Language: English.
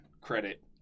credit